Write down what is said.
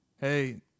hey